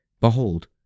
Behold